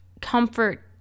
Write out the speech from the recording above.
comfort